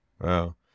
Wow